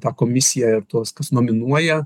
tą komisiją ir tuos kas nominuoja